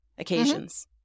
occasions